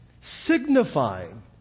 signifying